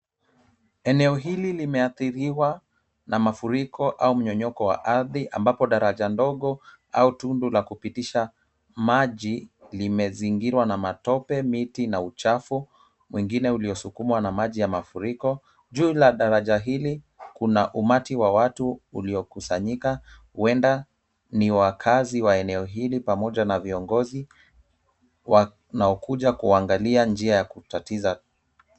Eneo hili limeathiriwa na mafuriko au mmomonyoko wa ardhi ambapo daraja ndogo au tundu la kupitisha maji limezingirwa na matope miti na uchafu mwingine uliosukumwa na maji ya mafuriko. Juu la daraja hili kuna umati wa watu uliokusanyika huenda ni wakaazi wa eneo hili pamoja na viongozi wanaokuja kuangalia njia ya kutatiza.